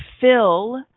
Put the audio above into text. fill